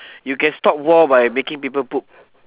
you can stop war by making people poop